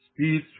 speed